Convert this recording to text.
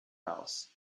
house